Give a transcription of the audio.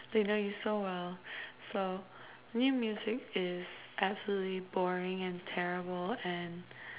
they know you so well so new music is absolutely boring and terrible and